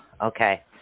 Okay